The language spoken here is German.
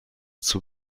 zur